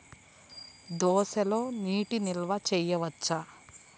దోసలో నీటి నిల్వ చేయవచ్చా?